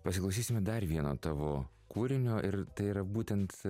pasiklausysime dar vieno tavo kūrinio ir tai yra būtent